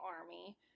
army